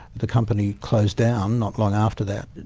the company closed down not long after that.